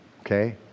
Okay